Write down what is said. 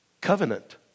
covenant